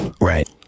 Right